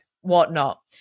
whatnot